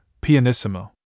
Pianissimo